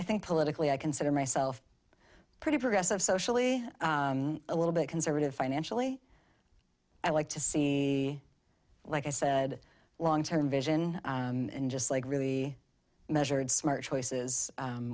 i think politically i consider myself pretty progressive socially a little bit conservative financially i like to see like i said long term vision and just like really measured smart choices